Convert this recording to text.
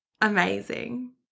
amazing